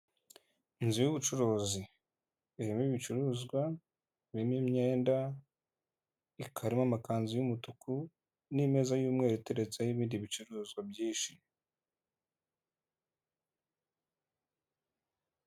Inzu y'ubucuruzi, irimo ibicuruzwa birimo imyenda, ikarimo, amakanzu y'umutuku, n'imeza y'umweru, iteretseho ibindi bicuruzwa byinshi.